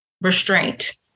restraint